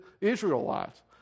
Israelites